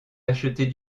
acheter